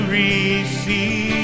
receive